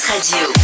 Radio